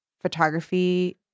photography